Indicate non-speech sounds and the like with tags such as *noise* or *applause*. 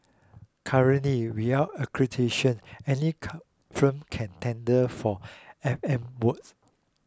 currently without accreditation any *noise* firm can tender for F M work